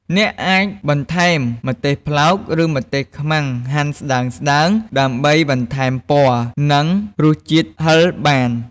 អ្នកអាចបន្ថែមម្ទេសប្លោក ឬម្ទេសខ្មាំងហាន់ស្តើងៗ ដើម្បីបន្ថែមពណ៌ និងរសជាតិហឹរបាន។